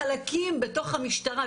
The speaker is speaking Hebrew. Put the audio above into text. לחלקים בתוך המשטרה,